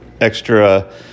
extra